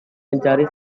mencari